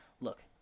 look